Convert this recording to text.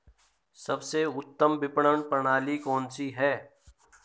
सबसे उत्तम विपणन प्रणाली कौन सी है?